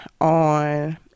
on